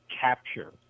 capture